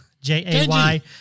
J-A-Y